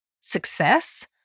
success